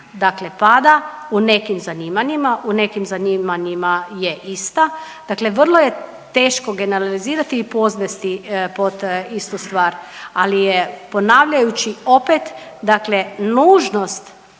dakle pada, u nekim zanimanjima, u nekim zanimanjima je ista, dakle vrlo je teško generalizirati i podvesti pod istu stvar, ali je ponavljajući, opet, dakle nužnost